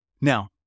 Now